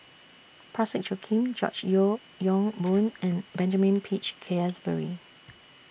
Parsick Joaquim George Yeo Yong Boon and Benjamin Peach Keasberry